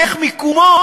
איך מיקומו,